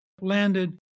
landed